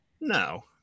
No